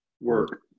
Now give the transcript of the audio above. work